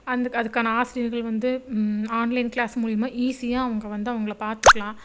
அந்த அதுக்கான ஆசிரியர்கள் வந்து ஆன்லைன் கிளாஸ் மூலியமாக ஈஸியாக அவங்க வந்து அவங்கள பார்த்துக்கலாம்